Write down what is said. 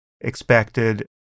expected